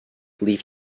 leave